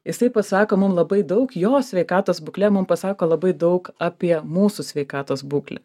jisai pasako mum labai daug jo sveikatos būklė mum pasako labai daug apie mūsų sveikatos būklę